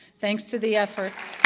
thanks to the efforts